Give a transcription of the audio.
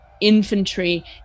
infantry